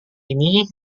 ini